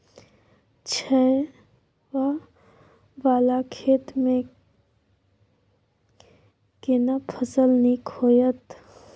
छै ॉंव वाला खेत में केना फसल नीक होयत?